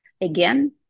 again